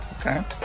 okay